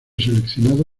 seleccionado